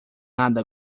nada